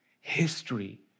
History